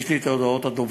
יש לי את הודעות הדוברות,